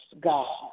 God